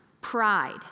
pride